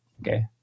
okay